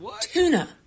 tuna